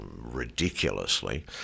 ridiculously